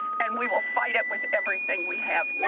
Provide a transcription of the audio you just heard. and we will fight it with everything we have.